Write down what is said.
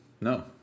No